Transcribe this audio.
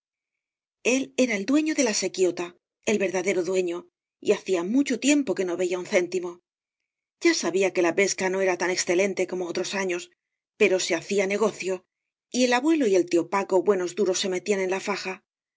el era el dueño de la sequióta el verdadero dueño y hacía mucho tiempo que no veía un céntimo ya sabía que la pesca no era tan excelente como otros años pero se hacía negocio y el abuelo y el tío paco buenos duros se metían en la faja